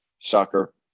soccer